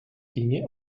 ginge